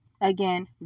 Again